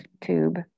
tube